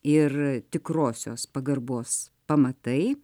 ir tikrosios pagarbos pamatai